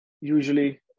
usually